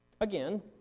Again